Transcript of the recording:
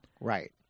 Right